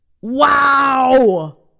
Wow